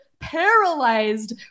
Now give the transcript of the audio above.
paralyzed